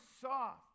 soft